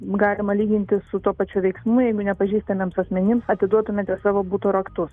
galima lyginti su tuo pačiu veiksmu jeigu nepažįstamiems asmenim atiduotumėte savo buto raktu